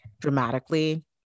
dramatically